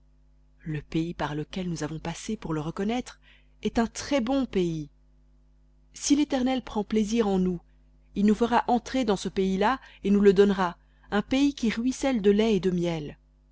le pays par lequel nous avons passé pour le reconnaître est un très-bon pays si l'éternel prend plaisir en nous il nous fera entrer dans ce pays-là et nous le donnera un pays qui ruisselle de lait et de miel